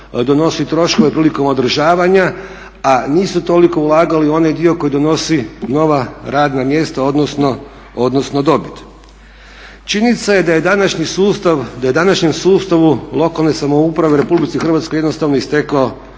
donosi troškove prilikom odražavanja, a nisu toliko ulagali u onaj dio koji donosi nova radna mjesta, odnosno dobit. Činjenica je da je današnji sustav, da je današnjem sustavu lokalne samouprave u RH jednostavno istekao